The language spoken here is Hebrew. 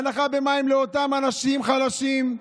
הנחה במים לאותם אנשים חלשים,